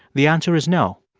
the answer is no.